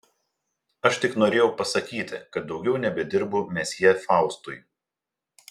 aš tik norėjau pasakyti kad daugiau nebedirbu mesjė faustui